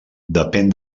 depèn